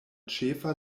ĉefa